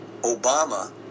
Obama